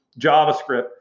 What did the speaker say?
JavaScript